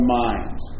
minds